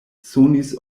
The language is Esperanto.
sonis